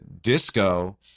disco